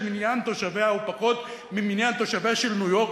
שמניין תושביה הוא פחות ממניין תושביה של ניו-יורק,